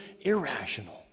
irrational